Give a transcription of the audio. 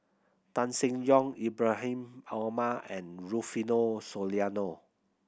Tan Seng Yong Ibrahim Omar and Rufino Soliano